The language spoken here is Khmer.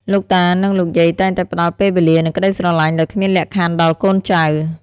លោកតា និងលោកយាយតែងតែផ្តល់ពេលវេលា និងក្តីស្រលាញ់ដោយគ្មានលក្ខខណ្ឌដល់កូនចៅ។